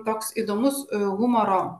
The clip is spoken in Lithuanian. toks įdomus humoro